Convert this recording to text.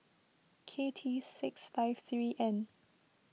K T six five three N